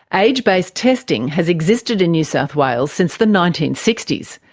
age-based testing has existed in new south wales since the nineteen sixty s.